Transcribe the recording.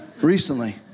recently